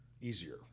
easier